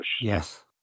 Yes